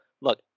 look